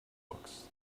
books